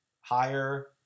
higher